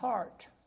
heart